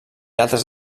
altres